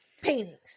paintings